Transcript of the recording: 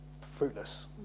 fruitless